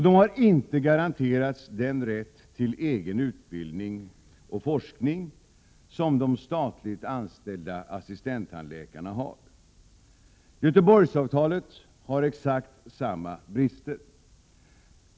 De har inte garanterats den rätt till egen utbildning och forskning som de statligt anställda assistenttandläkarna har. Göteborgsavtalet har exakt samma brister.